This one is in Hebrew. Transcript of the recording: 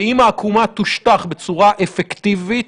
ואם העקומה תשוטח בצורה אפקטיבית,